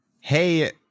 hey